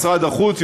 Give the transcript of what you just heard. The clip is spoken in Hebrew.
משרד החוץ,